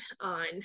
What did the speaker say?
on